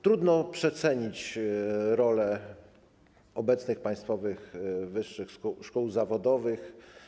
Trudno przecenić rolę obecnych państwowych wyższych szkół zawodowych.